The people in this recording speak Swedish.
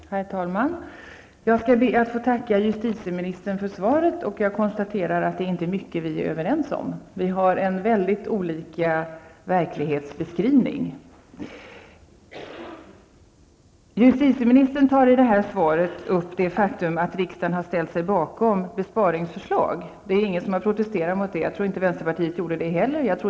Herr talman! Jag skall be att få tacka justitieministern för svaret. Jag konstaterar att det inte är mycket som vi är överens om. Vi beskriver verkligheten väldigt olika. I sitt svar tog justitieministern upp att riksdagen har ställt sig bakom besparingsförslag, och det är ingen som har protesterat mot det. Jag tror inte heller vänsterpartiet protesterade.